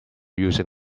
using